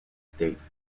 states